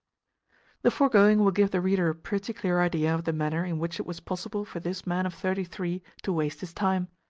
the foregoing will give the reader a pretty clear idea of the manner in which it was possible for this man of thirty-three to waste his time.